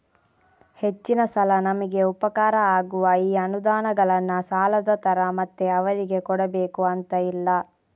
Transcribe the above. ಹೆಚ್ಚಿನ ಸಲ ನಮಿಗೆ ಉಪಕಾರ ಆಗುವ ಈ ಅನುದಾನಗಳನ್ನ ಸಾಲದ ತರ ಮತ್ತೆ ಅವರಿಗೆ ಕೊಡಬೇಕು ಅಂತ ಇಲ್ಲ